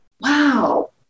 Wow